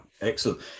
excellent